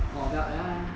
orh vel ya ya ya